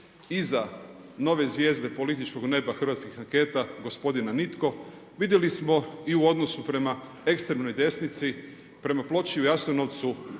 iza nove zvijezde političkog neba hrvatskih anketa „gospodina nitko“ vidjeli smo i u odnosu prema ekstremnoj desnici, prema ploči u Jasenovcu